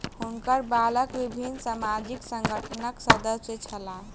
हुनकर बालक विभिन्न सामाजिक संगठनक सदस्य छला